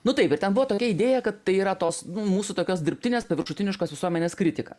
nu taip ir ten buvo tokia idėja kad tai yra tos mūsų tokios dirbtinės paviršutiniškos visuomenės kritika